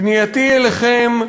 פנייתי אליכם,